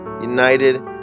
United